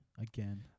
again